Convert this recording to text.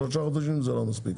שלושה חודשים זה לא מספיק.